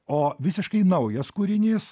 o visiškai naujas kūrinys